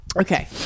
Okay